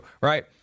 right